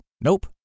Nope